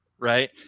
Right